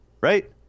right